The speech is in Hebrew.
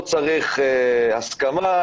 לא צריך הסכמה,